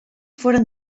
foren